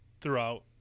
throughout